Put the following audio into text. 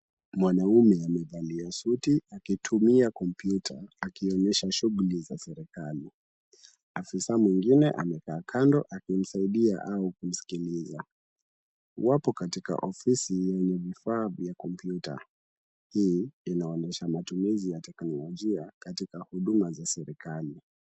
Mwanaume amevalia suti akitumia computer , akionyesha shughuli za serikali. Afisa mwingine amekaa kando akimsaidia au kumsikiliza. Wapo katika ofisi yenye vifaa vya computer . Hii inaonyesha matumizi ya teknolojia katika huduma za serikali.